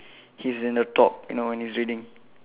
he's in the top you know when he's reading